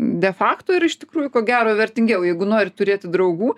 de fakto yra iš tikrųjų ko gero vertingiau jeigu nori turėti draugų